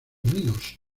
minos